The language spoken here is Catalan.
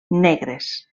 negres